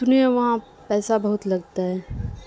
سنی وہاں پیسہ بہت لگتا ہے